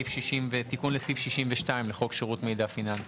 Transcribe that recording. תיקון לסעיף 62 לחוק שירות מידע פיננסי.